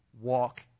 Walk